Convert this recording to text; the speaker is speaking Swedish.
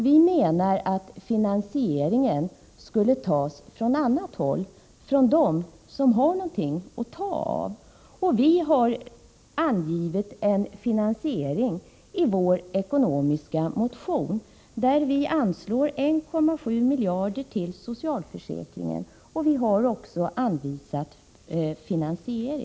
Vi menar att finansieringen skall tas från annat håll — från dem som har något att ta av. Vi har i vår ekonomiska motion angivit att man bör anslå 1,7 miljarder kronor till socialförsäkringen, och vi har också anvisat hur detta skall finansieras.